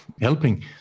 Helping